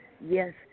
Yes